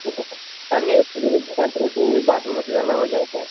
தண்ணி வசதி தண்ணி வசதி பாத்ரூம் வசதி எல்லாம் ஓகேவா சார்